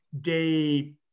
day